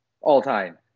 all-time